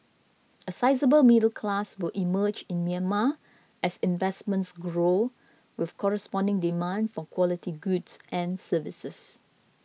a sizeable middle class will emerge in Myanmar as investments grow with corresponding demand for quality goods and services